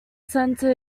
centre